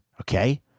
okay